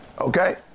Okay